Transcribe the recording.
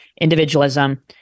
individualism